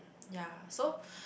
ya so